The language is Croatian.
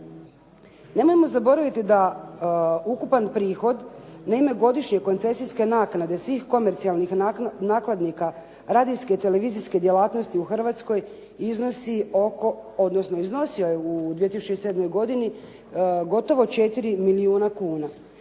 Nemojmo zaboraviti da ukupan prihod na ime godišnje koncesijske naknade svih komercijalnih nakladnika radijske i televizijske djelatnosti u Hrvatskoj iznosi oko, odnosno iznosio je u 2007. godini gotovo 4 milijuna kuna.